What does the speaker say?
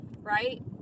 right